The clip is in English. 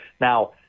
Now